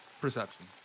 Perception